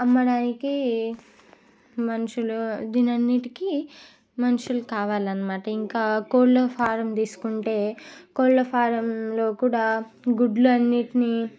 అమ్మడానికి మనుషులు దీనన్నిటికీ మనుషులు కావలనమాట ఇంకా కోళ్ళఫారమ్ తీసుకుంటే కోళ్ళఫారమ్లో కూడా గుడ్లు అన్నిటిని